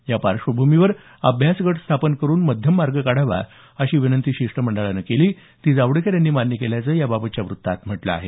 या पार्श्वभूमीवर अभ्यास गट स्थापन करुन मध्यममार्ग काढावा अशी विनंती शिष्टमंडळाने केली ती जावडेकर यांनी मान्य केल्याचं याबाबतच्या वृत्तात म्हटलं आहे